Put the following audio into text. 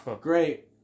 great